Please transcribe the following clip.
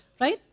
right